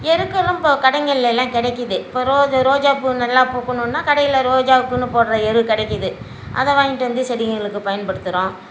எருக்களும் இப்போது கடைங்கள்லலாம் கிடைக்குது இப்போ ரோ ரோஜாப்பூ நல்லா பூக்கணுன்னால் கடையில் ரோஜாவுக்குனு போடுகிற எரு கிடைக்குது அதை வாங்கிட்டு வந்து செடிகளுக்கு பயன்படுத்துகிறோம்